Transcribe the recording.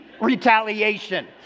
Retaliation